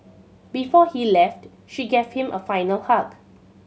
before he left she gave him a final hug